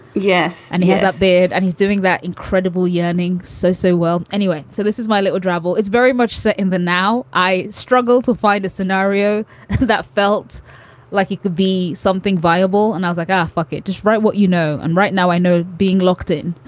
yes and he had a beard and he's doing that incredible yearning. so, so well, anyway. so this is my little drabble. it's very much set in the now i struggle to find a scenario that felt like it could be something viable. and i was like, um fuck it. just write what you know. and right now, i know being locked in